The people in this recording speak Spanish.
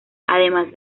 además